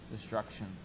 destruction